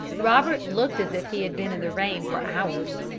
robert looked as if he had been in the rain for hours.